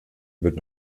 wird